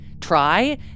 try